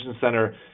center